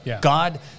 God